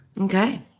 Okay